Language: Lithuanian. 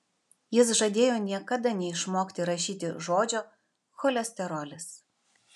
jis žadėjo niekada neišmokti rašyti žodžio cholesterolis